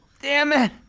damn it!